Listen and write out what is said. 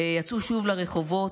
יצאו שוב לרחובות.